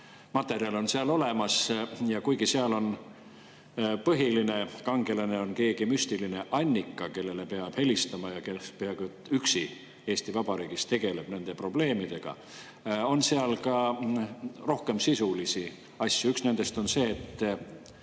materjal on seal olemas. Ja kuigi seal on põhiline kangelane keegi müstiline Annika, kellele peab helistama ja kes peaaegu üksi Eesti Vabariigis tegeleb nende probleemidega, on seal ka rohkem sisulisi asju. Üks nendest on see, et